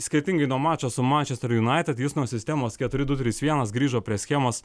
skirtingai nuo mačo su manchester united jis nuo sistemos keturi du trys vienas grįžo prie schemos